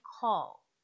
call